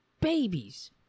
babies